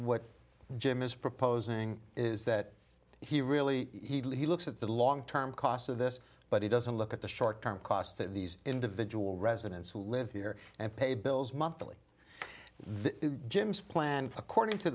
hat jim is proposing is that he really he looks at the long term cost of this but he doesn't look at the short term cost at these individual residents who live here and pay bills monthly the gym's plan according to